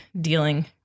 dealing